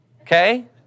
Okay